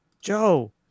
joe